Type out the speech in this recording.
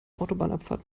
autobahnabfahrt